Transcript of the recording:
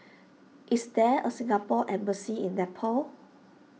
is there a Singapore Embassy in Nepal